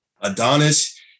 Adonis